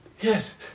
Yes